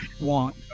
want